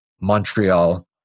Montreal